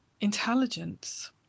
intelligence